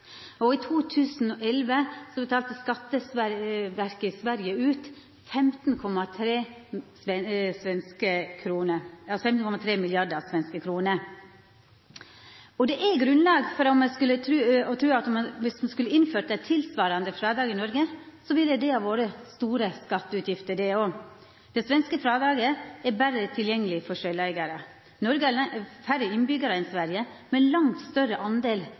I 2011 betalte skatteverket i Sverige ut 15,3 mrd. svenske kroner. Det er grunnlag for å tru at om ein skulle innført eit tilsvarande frådrag i Noreg, ville det ha vorte store skatteutgifter her òg. Det svenske frådraget er berre tilgjengeleg for sjølveigarar. Noreg har færre innbyggjarar enn Sverige, men ein langt større